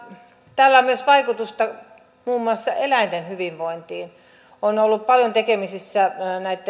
myös vaikutusta muun muassa eläinten hyvinvointiin olen ollut paljon tekemisissä